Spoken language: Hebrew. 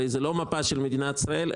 זה לא מפה של מדינת ישראל.